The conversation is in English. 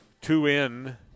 two-in